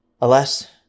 Alas